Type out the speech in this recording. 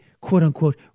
quote-unquote